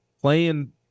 Playing